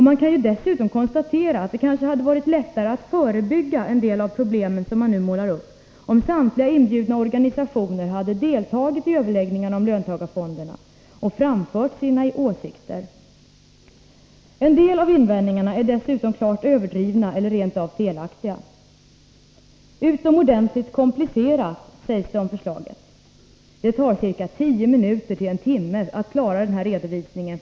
Man kan dessutom konstatera att det kanske hade varit lättare att förebygga en del av de problem som nu målas upp om samtliga inbjudna organisationer hade deltagit i överläggningarna om löntagarfonderna och framfört sina åsikter. En del av invändningarna är dessutom klart överdrivna eller rent av felaktiga. Förslaget beskrivs som ”utomordentligt komplicerat”. Det tar för företagen, med något undantag, ca 10 minuter eller upp till en timme att klara den här redovisningen.